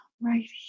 right